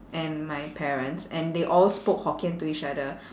and my parents and they all spoke hokkien to each other